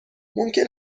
ممکن